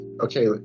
Okay